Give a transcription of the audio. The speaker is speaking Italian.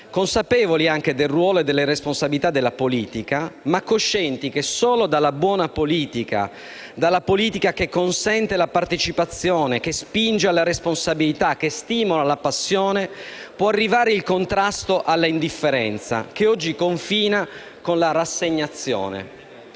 consapevoli anche del ruolo e delle responsabilità della politica, ma coscienti che solo dalla buona politica, dalla politica che consente la partecipazione, che spinge alla responsabilità e che stimola la passione, può arrivare il contrasto all'indifferenza, che oggi confina con la rassegnazione;